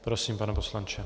Prosím, pane poslanče.